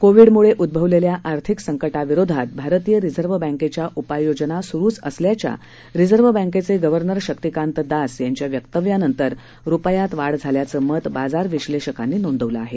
कोविडम्ळे उद्भवलेल्या आर्थिक संकटाविरोधात भारतीय रिझर्व्ह बँकेच्या उपाययोजना स्रूच असल्याच्या रिझर्व्ह बँकेचे गव्हर्नर शक्तिकांत दास यांच्या वक्तव्यानंतर रुपयात वाढ झाल्याचं मत बाजार विश्लेषकांनी नोंदवलं आहे